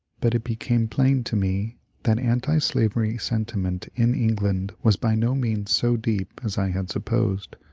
but it became plain to me that antislavery sentiment in england was by no means so deep as i had supposed.